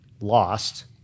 lost